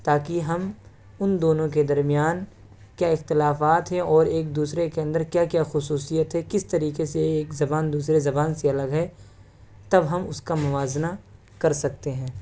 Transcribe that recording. تا کہ ہم ان دونوں کے درمیان کیا اختلافات ہیں اور ایک دوسرے کے اندر کیا کیا خصوصیت ہے کس طریقے سے ایک زبان دوسرے زبان سے الگ ہے تب ہم اس کا موازنہ کر سکتے ہیں